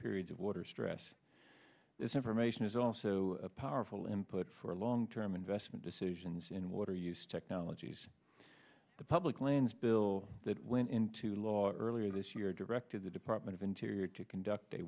periods of water stress this information is also a powerful input for long term investment decisions in water use technologies the public lands bill that went into law earlier this year directed the department of interior to conduct